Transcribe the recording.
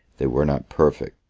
they were not perfect.